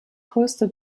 größte